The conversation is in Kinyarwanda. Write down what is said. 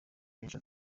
benshi